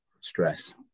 stress